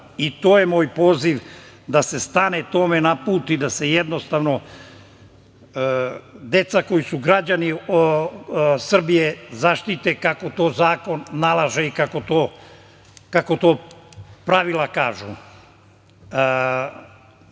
je moj poziv da se stane tome na put i da se jednostavno deca koja su građani Srbije zaštite kako to zakon nalaže i kako to pravila